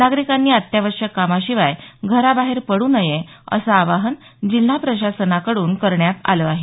नागरिकांनी अत्यावश्यक कामाशिवाय घराबाहेर पडू नये असं आवाहन जिल्हा प्रशासनाकडून करण्यात आलं आहे